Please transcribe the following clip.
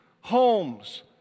homes